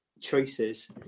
choices